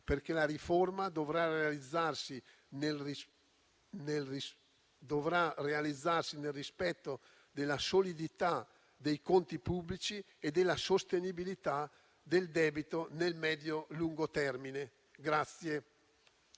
perché la riforma dovrà realizzarsi nel rispetto della solidità dei conti pubblici e della sostenibilità del debito nel medio e lungo termine.